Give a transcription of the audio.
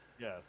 yes